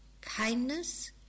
Kindness